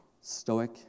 stoic